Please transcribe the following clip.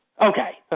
Okay